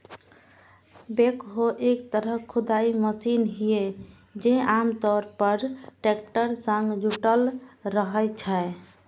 backhoe एक तरहक खुदाइ मशीन छियै, जे आम तौर पर टैक्टर सं जुड़ल रहै छै